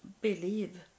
believe